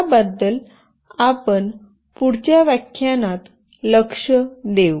त्याबद्दल आपण पुढच्या व्याख्यानात लक्ष देऊ